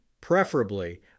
preferably